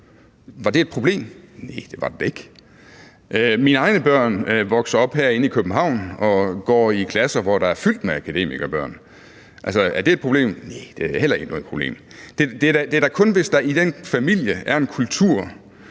Var det et problem? Næh, det var da ikke. Mine egne børn vokser op herinde i København og går i klasser, hvor der er fyldt med akademikerbørn. Er det et problem? Næh, det er heller ikke noget problem. Det er da kun, hvis der i den familie er en kultur,